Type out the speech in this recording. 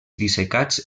dissecats